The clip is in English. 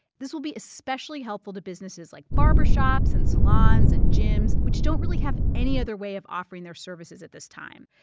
this will be especially helpful to businesses like barbershops and salons and gyms, which don't really have any other way of offering their services at this time.